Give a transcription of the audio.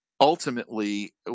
Ultimately